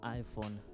iPhone